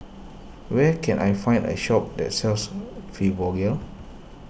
where can I find a shop that sells Fibogel